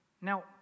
Now